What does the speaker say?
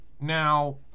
now